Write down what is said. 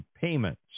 payments